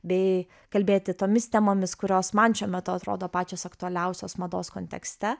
bei kalbėti tomis temomis kurios man šiuo metu atrodo pačios aktualiausios mados kontekste